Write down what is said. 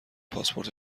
پاسپورت